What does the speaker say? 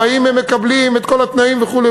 האם הם מקבלים את כל התנאים וכו',